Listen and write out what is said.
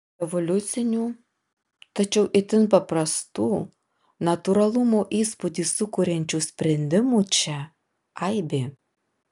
revoliucinių tačiau itin paprastų natūralumo įspūdį sukuriančių sprendimų čia aibė